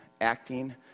acting